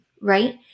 right